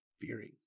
fearing